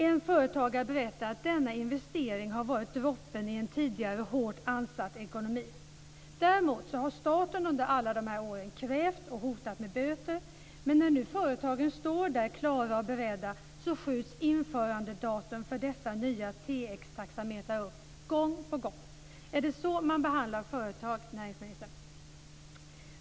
En företagare berättade att denna investering har varit droppen i en tidigare hårt ansatt ekonomi. Däremot har staten under alla dessa år krävt och hotat med böter, men när nu företagen står där klara och beredda skjuts införandedatum för de nya TX-taxametrarna upp gång på gång. Är det så man behandlar företag, näringsministern?